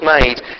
made